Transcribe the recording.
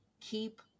keep